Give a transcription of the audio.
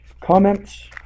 comments